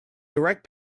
direct